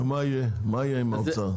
מה יהיה עם האוצר?